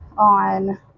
on